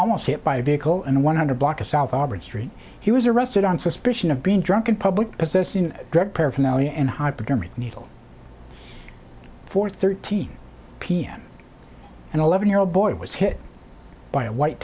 almost hit by a vehicle and one hundred block of south aubert street he was arrested on suspicion of being drunk in public possessing drug paraphernalia and a hypodermic needle for thirteen pm and eleven year old boy was hit by a white